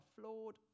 flawed